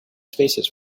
spaces